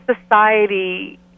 society